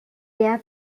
their